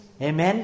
Amen